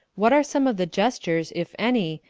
what are some of the gestures, if any,